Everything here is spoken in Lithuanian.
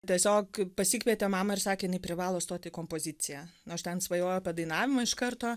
tiesiog kaip pasikvietė mamą ir sakė jinai privalo stoti kompoziciją nors ten svajojau apie dainavimą iš karto